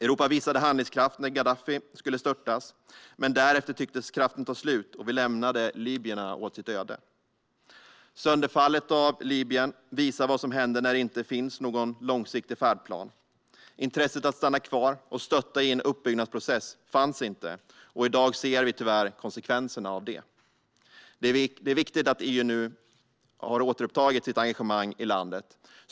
Europa visade handlingskraft när Gaddafi skulle störtas, men därefter tycktes kraften ta slut och vi lämnade libyerna åt sitt öde. Sönderfallet av Libyen visar vad som händer när det inte finns någon långsiktig färdplan. Intresset att stanna kvar och stötta i en uppbyggnadsprocess fanns inte, och i dag ser vi tyvärr konsekvenserna av det. Det är viktigt att EU nu har återupptagit sitt engagemang i landet.